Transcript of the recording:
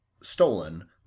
stolen